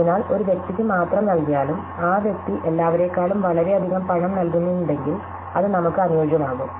അതിനാൽ ഒരു വ്യക്തിക്ക് മാത്രം നൽകിയാലും ആ വ്യക്തി എല്ലാവരേക്കാളും വളരെയധികം പണം നൽകുന്നുണ്ടെങ്കിൽ അത് നമുക്ക് അനുയോജ്യമാകും